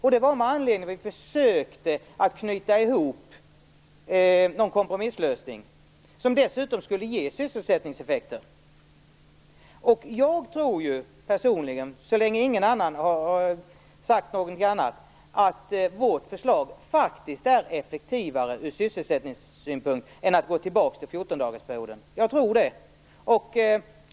Anledningen till det var att vi försökte att knyta ihop en kompromisslösning, som dessutom skulle ge sysselsättningseffekter. Jag tror personligen, så länge ingen har sagt någonting annat, att vårt förslag faktiskt är effektivare ur sysselsättningssynpunkt än en återgång till fjortondagarsperioden.